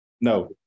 No